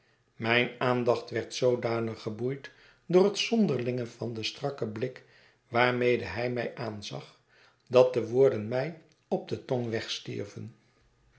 mijne aandacht werd zoodanig geboeid door het zonderlinge van den strakken blik waarmede hij mij aanzag dat de woorden mij op de tong wegstierven